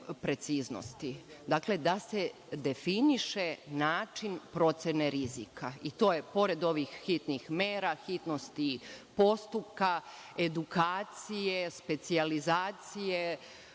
preciznosti. Dakle, da se definiše način procene rizika. To je pored ovih hitnih mera, hitnosti postupka, edukacije, specijalizacije,